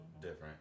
different